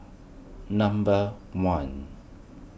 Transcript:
number one